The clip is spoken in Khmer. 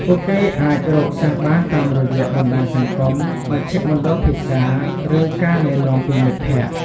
ពួកគេអាចរកសិស្សបានតាមរយៈបណ្ដាញសង្គម មជ្ឈមណ្ឌលភាសា ឬការណែនាំពីមិត្តភក្តិ។